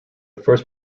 first